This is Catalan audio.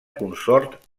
consort